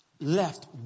left